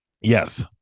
Yes